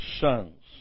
sons